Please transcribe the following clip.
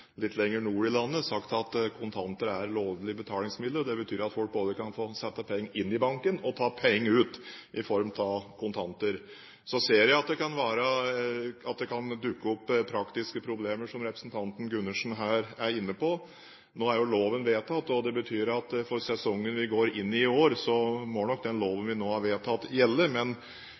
landet, sagt at kontanter er lovlig betalingsmiddel. Det betyr at folk både kan få sette penger inn i banken og ta penger ut i form av kontanter. Så ser jeg at det kan dukke opp praktiske problemer, som representanten Gundersen her er inne på. Nå er jo loven vedtatt, og det betyr at for sesongen vi går inn i i år, må nok den loven vi nå har vedtatt, gjelde.